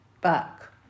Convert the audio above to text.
back